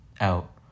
out